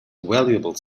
valuable